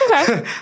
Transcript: Okay